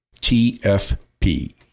TFP